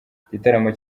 igitaramo